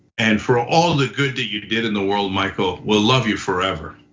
and for all the good that you did in the world, michael, we'll love you forever.